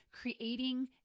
creating